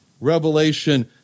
Revelation